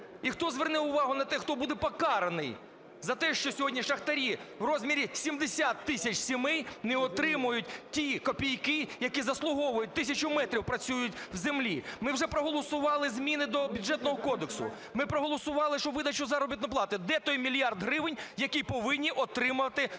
І хто зверне увагу на те, хто буде покараний за те, що сьогодні шахтарі в розмірі 70 тисяч сімей не отримають ті копійки, які заслуговують, тисячу метрів працюють в землі? Ми вже проголосували зміни до Бюджетного кодексу, ми проголосували, що видача заробітної плати. Де той мільярд гривень, який повинні отримати прості